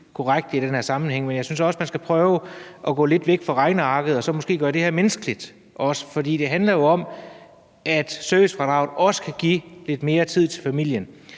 korrekt i den her sammenhæng. Jeg synes også, man skulle prøve at gå lidt væk fra regnearket og gøre det her menneskeligt. Det handler jo om, at servicefradraget også kan give lidt mere tid til familien: